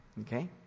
Okay